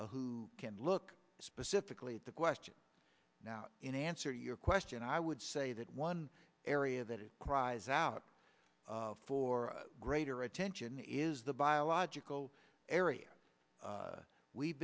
who can look specifically at the question now in answer your question i would say that one area that cries out for greater attention is the biological area we've